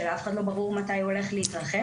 שלאף אחד לא ברור מתי הוא הולך להתרחש.